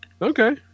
Okay